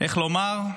איך לומר,